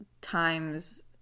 times